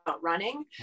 running